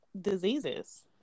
diseases